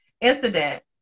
incident